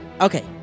Okay